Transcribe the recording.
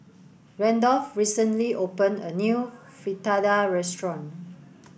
Randolph recently opened a new Fritada restaurant